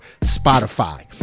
Spotify